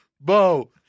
Bo